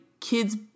kids